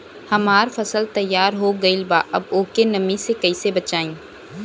हमार फसल तैयार हो गएल बा अब ओके नमी से कइसे बचाई?